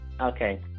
Okay